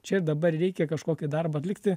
čia ir dabar reikia kažkokį darbą atlikti